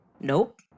Nope